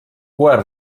koer